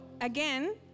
again